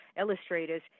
illustrators